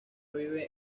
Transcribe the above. vive